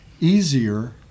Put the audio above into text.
easier